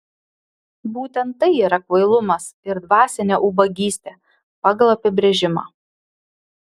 būtent tai yra kvailumas ir dvasinė ubagystė pagal apibrėžimą